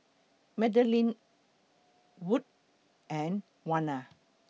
Madelyn Wood and Warner